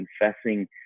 confessing